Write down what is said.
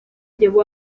llevó